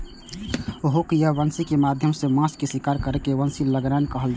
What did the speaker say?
hook या बंसी के माध्यम सं माछ के शिकार करै के बंसी लगेनाय कहल जाइ छै